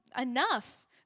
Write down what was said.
enough